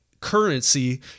currency